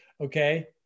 okay